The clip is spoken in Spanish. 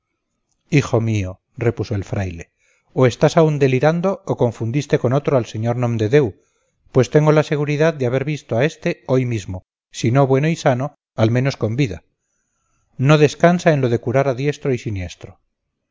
hijo mío repuso el fraile o estás aún delirando o confundiste con otro al sr nomdedeu pues tengo la seguridad de haber visto a este hoy mismo si no bueno y sano al menos con vida no descansa en lo de curar a diestro y siniestro